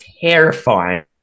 terrifying